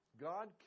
God